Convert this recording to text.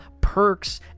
perks